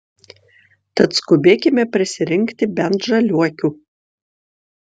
tad skubėkime prisirinkti bent žaliuokių